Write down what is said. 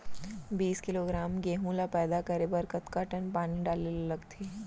बीस किलोग्राम गेहूँ ल पैदा करे बर कतका टन पानी डाले ल लगथे?